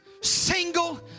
single